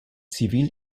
civil